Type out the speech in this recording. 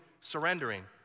surrendering